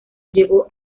llegó